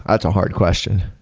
that's a hard question.